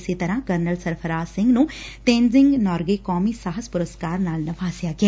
ਇਸੇ ਤਰ੍ਕਾਂ ਕਰਨਲ ਸਰਫ਼ਰਾਜ਼ ਸਿੰਘ ਨ੍ਹੰ ਤੇਨਜ਼ਿੰਗ ਨੋਰਗੇ ਕੌਮੀ ਸਾਹਸ ਪੁਸਰਕਾਰ ਨਾਲ ਨਿਵਾਜਿਆ ਗਿਆ